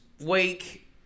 week